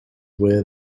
wear